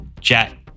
chat